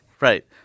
Right